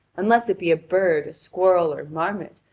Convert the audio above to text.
unless it be a bird, a squirrel, or marmot,